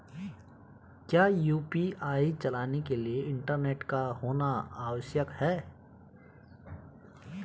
क्या यु.पी.आई चलाने के लिए इंटरनेट का होना आवश्यक है?